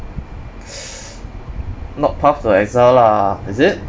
not path to exile lah is it